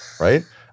Right